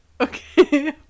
Okay